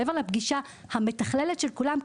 מעבר לפגישה המתכללת של כולם,